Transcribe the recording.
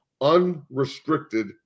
unrestricted